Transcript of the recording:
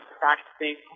practicing